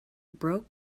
broke